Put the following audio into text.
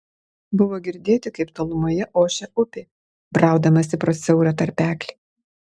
buvo girdėti kaip tolumoje ošia upė braudamasi pro siaurą tarpeklį